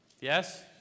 Yes